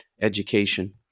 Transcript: education